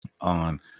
on